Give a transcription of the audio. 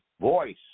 voice